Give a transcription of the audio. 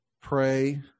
Pray